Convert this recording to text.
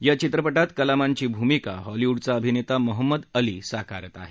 या चित्रपटात कलामांची भुमिका हॉलिवूडचा अभिनेता मोहम्मद अली साकारत आहे